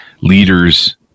leaders